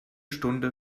stunde